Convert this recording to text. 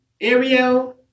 Ariel